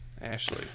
Ashley